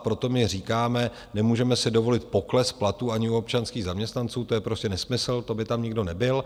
A proto my říkáme: nemůžeme si dovolit pokles platů ani u občanských zaměstnanců, to je nesmysl, to by tam nikdo nebyl.